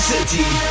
City